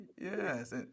Yes